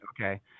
okay